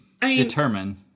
determine